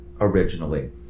originally